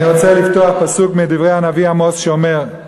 אני רוצה לפתוח בפסוק מדברי הנביא עמוס, שאומר: